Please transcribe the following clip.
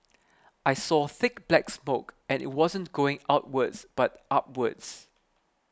I saw thick black smoke and it wasn't going outwards but upwards